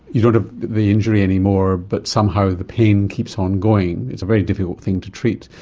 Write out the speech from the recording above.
you don't have the injury anymore, but somehow the pain keeps on going. it's a very difficult thing to treat.